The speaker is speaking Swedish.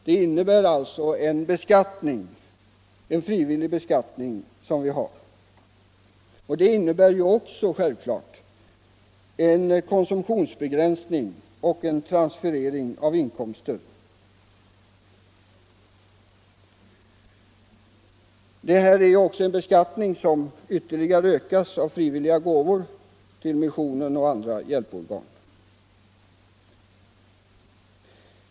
Det innebär en frivillig beskattning och självfallet också en konsumtionsbegränsning och en transferering av inkomster. Denna beskattning ökas ytterligare av frivilliga gåvor till missionen och andra hjälporgan.